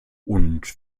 und